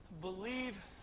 believe